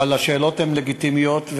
אבל השאלות הן לגיטימיות,